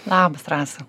labas rasa